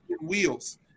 wheels